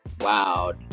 Wow